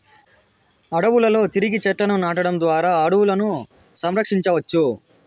అడవులలో తిరిగి చెట్లను నాటడం ద్వారా అడవులను సంరక్షించవచ్చు